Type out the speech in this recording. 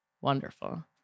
Wonderful